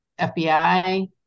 FBI